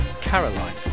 Caroline